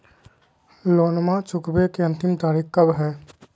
लोनमा चुकबे के अंतिम तारीख कब हय?